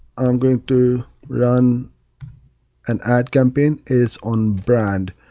i'm going to run an ad campaign is on brand.